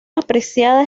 apreciada